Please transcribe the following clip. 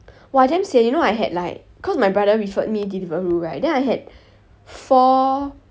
!wah! damn sian you know I had like cause my brother referred me deliveroo right then I had four